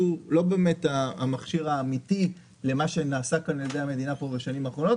לא באמת המכשיר האמיתי למה שנעשה כאן על ידי המדינה בשנים האחרונות.